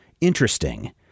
interesting